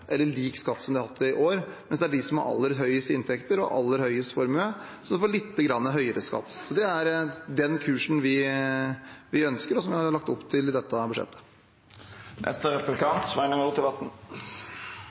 eller lik skatt som de har hatt i år, mens det er de som har aller høyest inntekter og aller høyest formue, som får lite grann høyere skatt. Det er den kursen vi ønsker og har lagt opp til i dette